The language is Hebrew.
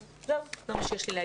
זה מה שיש לי להגיד.